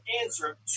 answer